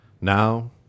Now